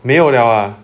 没有了啊